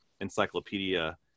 encyclopedia